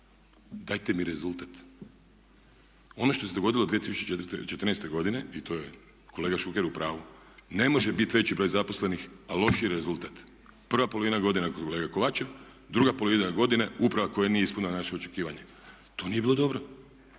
Dajte mi rezultat. Ono što se dogodilo u 2014. godine i to je kolega Šuker u pravu, ne može bit veći broj zaposlenih a lošiji rezultat. Prva polovina godine kolega Kovačev, druga polovina godine uprava koja nije ispunila naša očekivanja. To nije bilo dobro,